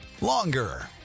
longer